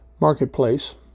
marketplace